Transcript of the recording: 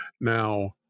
Now